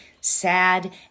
sad